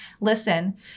listen